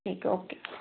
ਠੀਕ ਐ ਓਕੇ